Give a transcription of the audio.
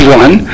one